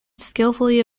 skillfully